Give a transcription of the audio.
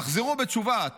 תחזרו בתשובה,